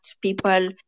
people